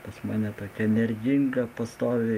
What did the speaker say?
pas mane tokia energinga pastoviai